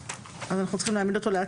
אנחנו צריכים להעמיד אותו להצבעה.